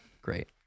Great